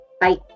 Bye